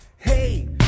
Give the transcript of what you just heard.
Hey